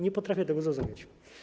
Nie potrafię tego zrozumieć.